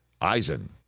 Eisen